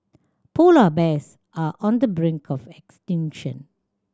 polar bears are on the brink of extinction